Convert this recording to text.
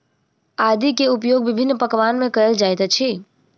आदी के उपयोग विभिन्न पकवान में कएल जाइत अछि